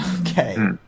Okay